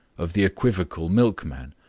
of the equivocal milkman,